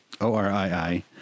O-R-I-I